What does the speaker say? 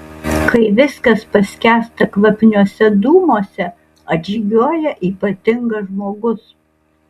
kai viskas paskęsta kvapniuose dūmuose atžygiuoja ypatingas žmogus